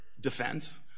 defense